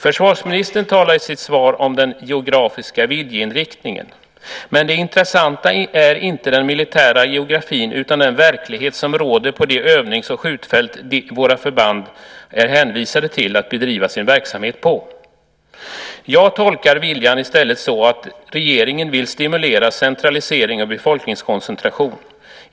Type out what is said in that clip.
Försvarsministern talar i sitt svar om den geografiska viljeinriktningen. Men det intressanta är inte den militära geografin utan den verklighet som råder på de övnings och skjutfält som våra förband är hänvisade till att bedriva sin verksamhet på. Jag tolkar i stället viljan så att regeringen vill stimulera centralisering och befolkningskoncentration.